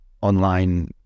online